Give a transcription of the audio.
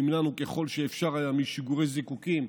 חילי טרופר נמנע ככל שאפשר משיגורי זיקוקים,